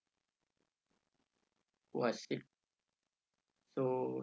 was it so